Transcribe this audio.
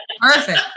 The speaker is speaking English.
Perfect